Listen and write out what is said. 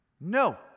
No